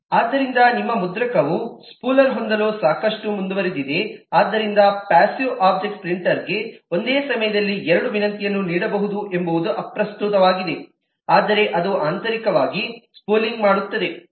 ಆದ್ದರಿಂದ ನಿಮ್ಮ ಮುದ್ರಕವು ಸ್ಪೂಲರ್ ಹೊಂದಲು ಸಾಕಷ್ಟು ಮುಂದುವರೆದಿದೆ ಆದ್ದರಿಂದ ಪಾಸ್ಸಿವ್ ಒಬ್ಜೆಕ್ಟ್ ಪ್ರಿಂಟರ್ಗೆ ಒಂದೇ ಸಮಯದಲ್ಲಿ ಎರಡು ವಿನಂತಿಯನ್ನು ನೀಡಬಹುದು ಎಂಬುದು ಅಪ್ರಸ್ತುತವಾಗುತ್ತದೆ ಆದರೆ ಅದು ಆಂತರಿಕವಾಗಿ ಸ್ಪೂಲಿಂಗ್ ಮಾಡುತ್ತದೆ